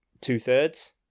two-thirds